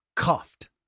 Coughed